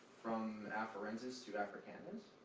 from afarensis to africanus?